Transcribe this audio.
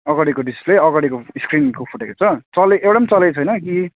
अगाडिको डिसप्ले अगाडिको स्क्रिन फुटेको छ चले एउटा पनि चलेको छैन कि